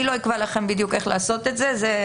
אני לא אקבע איך לעשות את זה בדיוק,